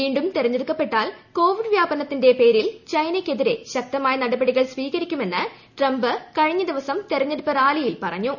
വീണ്ടും തെരഞ്ഞെടുക്കപ്പെട്ടാൽ കോവിഡ് വ്യാപനത്തിന്റെ പേരിൽ ചൈനയ് ക്കെതിരെ ശ്ക്തമായ നടപടികൾ സ്വീകരിക്കുമെന്ന് ട്രംപ് കഴിഞ്ഞദിവസം തെരഞ്ഞെടുപ്പ് റാലിയിൽ പ്പറഞ്ഞു